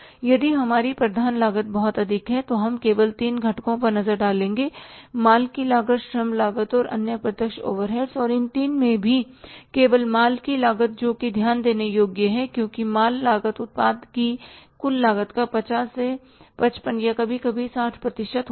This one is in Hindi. यदि हमारी प्रधान लागत बहुत अधिक है तो हम केवल तीन घटको पर नजर डालेंगे माल की लागत श्रम लागत और अन्य प्रत्यक्ष ओवरहेड्स और इन तीन में भी केवल माल की लागत जोकि ध्यान देने योग्य है क्योंकि है माल लागत उत्पाद की कुल लागत का 50 से 55 या कभी कभी 60 प्रतिशत होता है